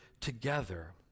together